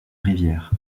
rivières